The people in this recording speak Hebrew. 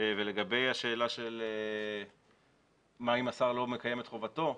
לגבי השאלה מה אם השר לא מקיים את חובתו?